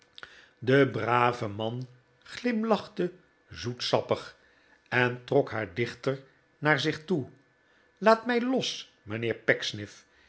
de brave man glimlachte zoetsappig en trok haar dichter naar zich toe laat mij los